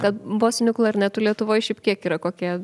kad bosinių klarnetų lietuvoj šiaip kiek yra kokie